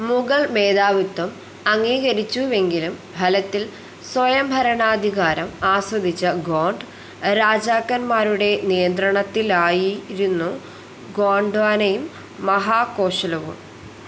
മുഗൾ മേധാവിത്വം അംഗീകരിച്ചു എങ്കിലും ഫലത്തില് സ്വയം ഭരണാധികാരം ആസ്വദിച്ച ഗോണ്ട് രാജാക്കന്മാരുടെ നിയന്ത്രണത്തിലായിരുന്നു ഗോണ്ട്വാനയും മഹാകോശലും